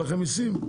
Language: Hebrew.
לא יהיו לכם מסים.